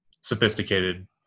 sophisticated